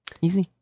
Easy